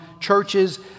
churches